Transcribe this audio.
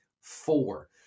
four